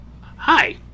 Hi